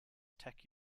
tech